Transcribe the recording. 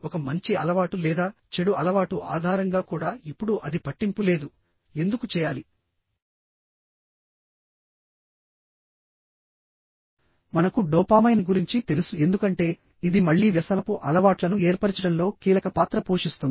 ఒక మంచి అలవాటు లేదా చెడు అలవాటు ఆధారంగా కూడా ఇప్పుడు అది పట్టింపు లేదు ఎందుకు చేయాలి మనకు డోపామైన్ గురించి తెలుసు ఎందుకంటే ఇది మళ్లీ వ్యసనపు అలవాట్లను ఏర్పరచడంలో కీలక పాత్ర పోషిస్తుంది